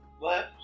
left